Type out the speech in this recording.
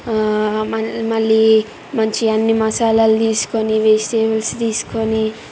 మా మళ్ళీ మంచిగ అన్ని మసాలాలు తీసుకొని వెజిటెబుల్స్ తీసుకొని